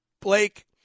Blake